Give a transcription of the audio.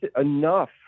enough